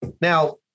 Now